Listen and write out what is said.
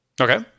Okay